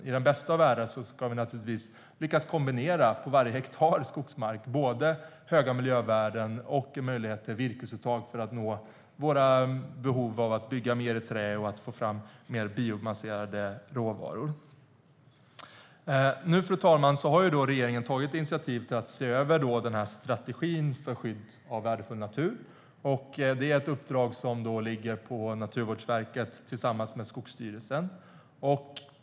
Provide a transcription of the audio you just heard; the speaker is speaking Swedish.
I den bästa av världar ska vi på varje hektar skogsmark lyckas kombinera både höga miljövärden och möjlighet till virkesuttag för att nå våra behov av att bygga mer i trä och få fram mer biobaserade råvaror. Fru talman! Regeringen har tagit initiativ till att se över strategin för skydd av värdefull natur. Detta uppdrag ligger på Naturvårdsverket tillsammans med Skogsstyrelsen.